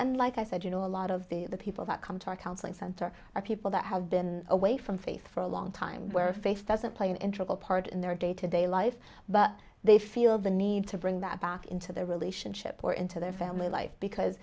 and like i said you know a lot of the people that come to our counseling center are people that have been away from faith for a long time where faith doesn't play an intricate part in their day to day life but they feel the need to bring that back into their relationship or into their family life because